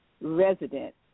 resident